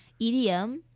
EDM